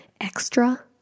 extra